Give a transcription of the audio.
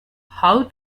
how